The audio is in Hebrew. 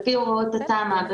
על פי הוראות התמ"א,